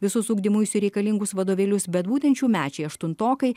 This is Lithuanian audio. visus ugdymuisi reikalingus vadovėlius bet būtent šiųmečiai aštuntokai